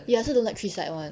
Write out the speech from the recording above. ya I also don't like three side [one]